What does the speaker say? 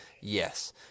Yes